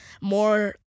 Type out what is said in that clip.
more